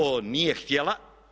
Ona nije htjela.